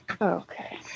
Okay